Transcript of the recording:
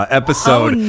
episode